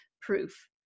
proof